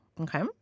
Okay